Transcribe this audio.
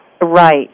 Right